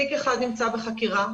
תיק אחד נמצא בחקירה,